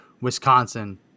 Wisconsin